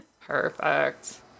perfect